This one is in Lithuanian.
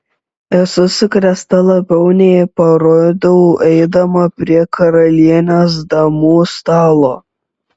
esu sukrėsta labiau nei parodau eidama prie karalienės damų stalo